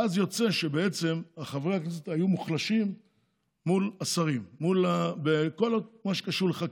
ואז יוצא שבעצם חברי הכנסת היו מוחלשים מול השרים בכל מה שקשור לחקיקה.